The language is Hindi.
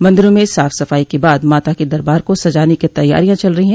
मंदिरों में साफ सफाई के बाद माता के दरबार को सजाने की तैयारियां चल रही है